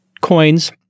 coins